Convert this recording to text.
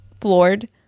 floored